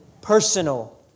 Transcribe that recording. personal